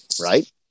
right